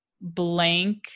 blank